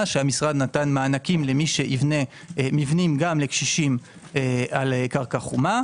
שהמשרד נתן מענקים למי שיבנה מבנים גם לקשישים על קרקע חומה.